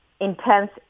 intense